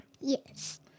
Yes